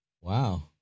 Wow